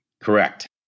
Correct